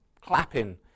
clapping